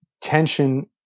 tension